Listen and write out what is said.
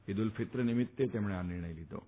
ઈદ ઉલ ફિત્ર નિમિત્તે આ નિર્ણય લીધો છે